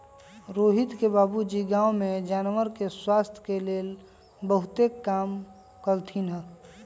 रोहित के बाबूजी गांव में जानवर के स्वास्थ के लेल बहुतेक काम कलथिन ह